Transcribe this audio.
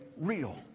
real